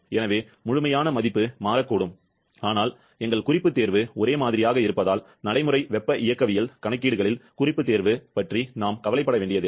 எனவே முழுமையான மதிப்பு மாறக்கூடும் ஆனால் எங்கள் குறிப்பு தேர்வு ஒரே மாதிரியாக இருப்பதால் நடைமுறை வெப்ப இயக்கவியல் கணக்கீடுகளில் குறிப்பு தேர்வு பற்றி நாம் கவலைப்பட வேண்டியதில்லை